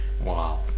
Wow